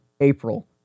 April